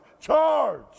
charge